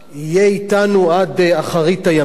יהיה אתנו עד אחרית הימים.